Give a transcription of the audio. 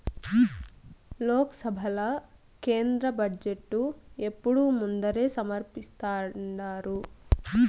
లోక్సభల కేంద్ర బడ్జెటు ఎప్పుడూ ముందరే సమర్పిస్థాండారు